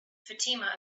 fatima